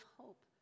hope